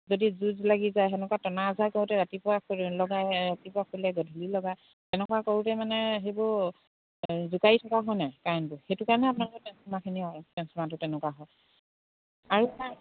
যদি যুঁজ লাগি যায় সেনেকুৱা টনা আঁজোৰা কৰোঁতে ৰাতিপুৱা লগাই ৰাতিপুৱা খোলে গধূলি লগাই তেনেকুৱা কৰোঁতে মানে সেইবোৰ জোকাৰি থকা হয়নে কাৰেণ্টবোৰ সেইটো কাৰণে আপোনাৰ টেঞ্চফৰ্মাৰখিনি টেঞ্চফৰ্মাৰটো তেনেকুৱা হয় আৰু